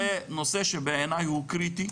זה נושא שבעיני הוא קריטי,